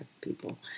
people